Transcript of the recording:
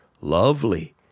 lovely